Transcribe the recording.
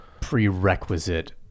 prerequisite